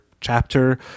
chapter